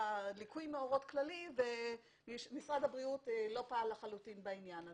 ליקוי מאורות כללי ומשרד הבריאות לא פעל לחלוטין בעניין הזה.